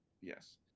Yes